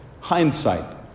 Hindsight